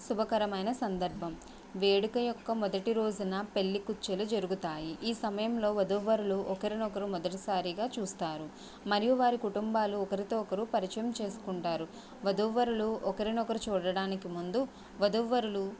శుభకరమైన సందర్భం వేడుక యొక్క మొదటి రోజున పెళ్లి కుచ్చులు జరుగుతాయి ఈ సమయంలో వధూవరులు ఒకరినొకరు మొదటిసారిగా చూస్తారు మరియు వారు కుటుంబాలు ఒకరితో ఒకరు పరిచయం చేసుకుంటారు వధూవరులు ఒకరినొకరు చూడడానికి ముందు వధూవరులు